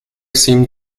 seemed